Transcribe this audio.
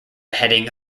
heading